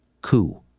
coup